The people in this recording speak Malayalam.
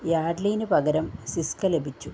യാഡ്ലിന് പകരം സിസ്ക ലഭിച്ചു